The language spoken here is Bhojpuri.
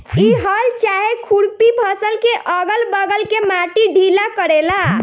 इ हल चाहे खुरपी फसल के अगल बगल के माटी ढीला करेला